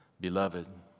Beloved